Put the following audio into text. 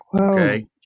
okay